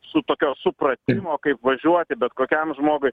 su tokio supratimo kaip važiuoti bet kokiam žmogui